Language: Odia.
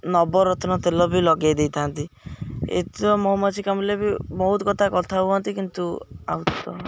ନବରତ୍ନ ତେଲ ବି ଲଗେଇ ଦେଇଥାନ୍ତି କାମୁଡ଼ିଲେ ବି ବହୁତ କଥା କଥା ହୁଅନ୍ତି କିନ୍ତୁ ଆଉ ତ